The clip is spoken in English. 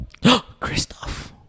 Kristoff